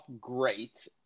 great